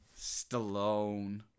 Stallone